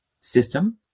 system